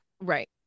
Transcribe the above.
Right